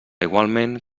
igualment